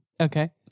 Okay